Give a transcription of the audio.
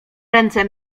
ręce